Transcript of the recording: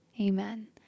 Amen